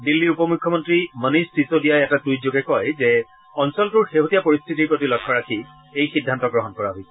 দিল্লীৰ উপ মুখ্যমন্ত্ৰী মনীষ ছিছোদিয়াই এটা টুইটযোগে কয় যে অঞ্চলটোৰ শেহতীয়া পৰিস্থিতিৰ প্ৰতি লক্ষ্য ৰাখি এই সিদ্ধান্ত গ্ৰহণ কৰা হৈছে